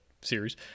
Series